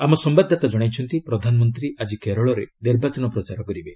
ଆମ ସମ୍ଭାଦଦାତା ଜଣାଇଛନ୍ତି ପ୍ରଧାନମନ୍ତ୍ରୀ ଆଜି କେରଳରେ ନିର୍ବାଚନ ପ୍ରଚାର କରିବେ